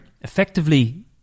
effectively